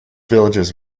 villages